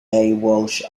walsh